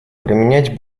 применять